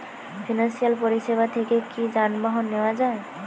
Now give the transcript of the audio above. Financial পরিসেবা থেকে কি যানবাহন নেওয়া যায়?